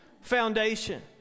foundation